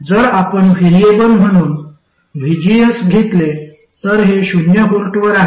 जर आपण व्हेरिएबल म्हणून vgs घेतले तर हे शून्य व्होल्टवर आहे